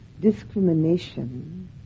discrimination